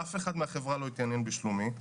אף אחד מהחברה לא התעניין בשלומי,